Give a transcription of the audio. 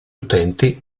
utenti